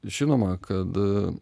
žinoma kad